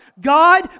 God